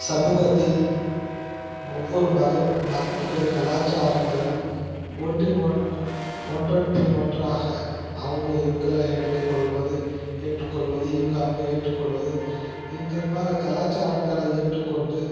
சமூகத்தில் ஒவ்வொரு மத மதத்துடைய கலாச்சாரங்கள் ஒன்றின் ஒன் ஒன்றன்பின் ஒன்றாக அவங்க இவங்கள எடுத்துக்கொள்வது ஏற்றுக்கொள்வது இவங்க அவங்கள ஏற்றுக்கொள்வது இந்தமாதிரி கலாச்சாரங்களை ஏற்றுக்கொண்டு